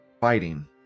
fighting